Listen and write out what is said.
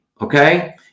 okay